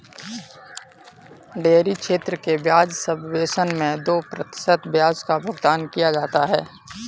dairy क्षेत्र के ब्याज सबवेसन मैं दो प्रतिशत ब्याज का भुगतान किया जाता है